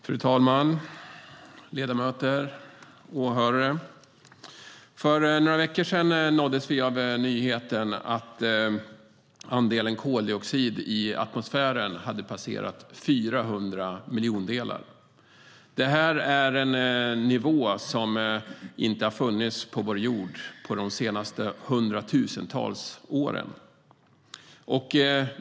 Fru talman! Ledamöter, åhörare! För några veckor sedan nåddes vi av nyheten att andelen koldioxid i atmosfären hade passerat 400 miljondelar. Det är en nivå som inte har funnits på vår jord på hundratusentals år.